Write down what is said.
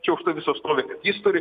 čia už to viso stovi jis turi